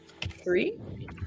three